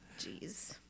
Jeez